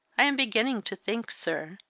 i am beginning to think, sir,